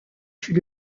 fut